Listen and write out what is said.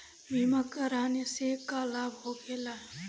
बीमा कराने से का लाभ होखेला?